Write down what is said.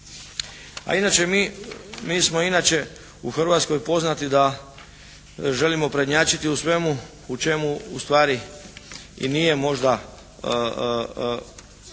inače u Hrvatskoj poznatoj da želimo prednjačiti u svemu u čemu ustvari i nije možda